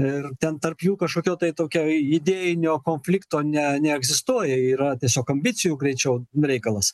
ir ten tarp jų kažkokio tai tokia idėjinio konflikto ne neegzistuoja yra tiesiog ambicijų greičiau reikalas